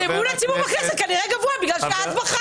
כנראה אמון הציבור גבוה כי את בחרת.